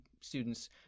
students